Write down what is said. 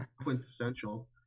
quintessential